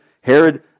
Herod